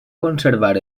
conservar